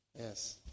Yes